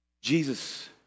Jesus